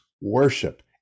worship